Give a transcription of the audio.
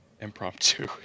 impromptu